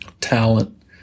talent